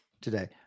today